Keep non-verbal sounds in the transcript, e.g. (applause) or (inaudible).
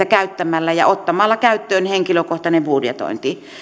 (unintelligible) käyttämällä ja ottamalla käyttöön henkilökohtainen budjetointi